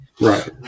Right